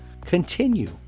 continue